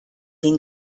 den